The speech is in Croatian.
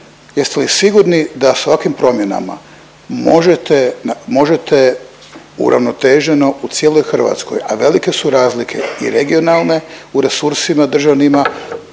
jeste li sigurni da s ovakvim promjenama možete uravnoteženo u cijeloj Hrvatskoj, a velike su razlike i regionalne u resursima državnima